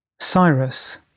Cyrus